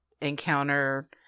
encounter